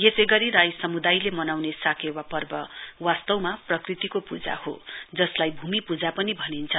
यसै गरी राई समुदायसे मनाउने साकेवा पर्व वास्तवमा प्रकृतिको पूजा हो जसलाई भूमि पूजा पनि भनिन्छ